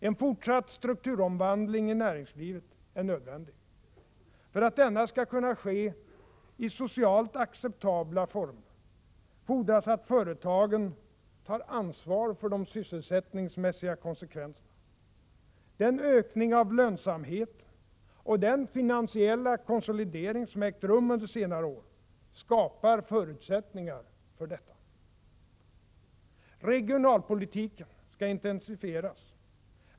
En fortsatt strukturomvandling i näringslivet är nödvändig. För att denna skall kunna ske i socialt acceptabla former fordras att företagen tar ansvar för de sysselsättningsmässiga konsekvenserna. Den ökning av lönsamheten och den finansiella konsolidering som ägt rum under senare år skapar förutsättningar för detta. Regionalpolitiken skall intensifieras.